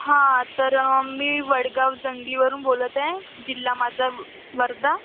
हां तर मी वडगाव जंगलीवरून बोलत आहे जिल्हा माझा वर्धा